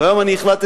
והיום אני החלטתי,